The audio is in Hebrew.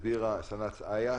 הסבירה סנ"צ איה,